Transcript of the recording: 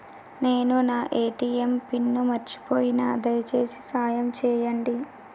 నేను నా ATM pin మర్చిపోయిన, దయచేసి సాయం చేయండి